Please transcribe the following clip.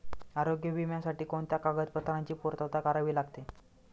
आरोग्य विम्यासाठी कोणत्या कागदपत्रांची पूर्तता करावी लागते?